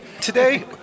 today